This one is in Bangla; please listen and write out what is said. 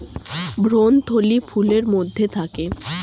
ভ্রূণথলি ফুলের মধ্যে থাকে